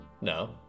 No